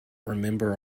remember